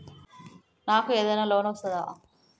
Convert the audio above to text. నాకు ఏదైనా లోన్ వస్తదా?